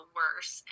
worse